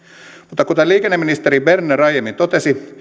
mutta kuten liikenneministeri berner aiemmin totesi